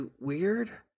weird